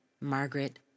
Margaret